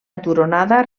aturonada